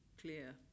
clear